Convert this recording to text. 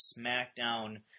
SmackDown